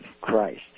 Christ